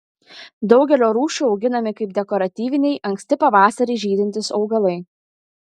daugelio rūšių auginami kaip dekoratyviniai anksti pavasarį žydintys augalai